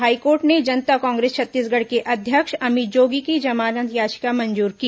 high court ने जनता कांग्रेस छत्तीसगढ़ के अध्यक्ष अमित जोगी की जमानत याचिका मंजूर की